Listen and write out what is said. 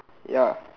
ya